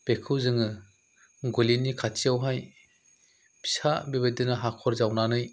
बेखौ जोङो गलिनि खाथियावहाय फिसा बेबादिनो हाखर जावनानै